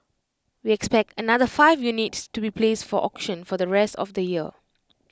we expect another five units to be placed for auction for the rest of the year